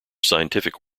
scientific